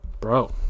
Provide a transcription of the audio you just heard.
Bro